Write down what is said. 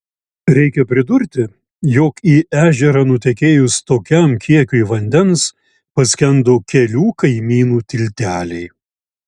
reikia pridurti jog į ežerą nutekėjus tokiam kiekiui vandens paskendo kelių kaimynų tilteliai